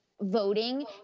voting